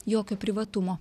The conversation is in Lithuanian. jokio privatumo